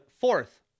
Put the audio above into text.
fourth